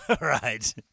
right